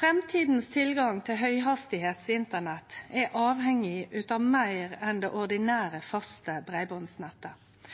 Tilgangen til høghastigheits internett er i framtida avhengig av meir enn det ordinære faste breibandsnettet.